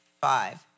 five